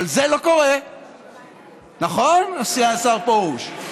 אבל זה לא קורה, נכון, השר פרוש?